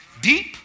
Deep